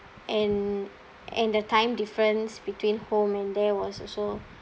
and and the time difference between home and there was also